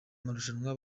marushanwa